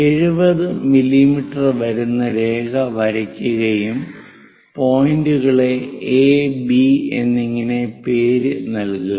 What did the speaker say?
70 millimetre വരുന്ന രേഖ വരയ്ക്കുകയും പോയിന്റ്റുകളെ എ ബി A B എന്നിങ്ങനെ പേര് നൽകുക